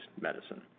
medicine